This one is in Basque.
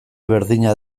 berdina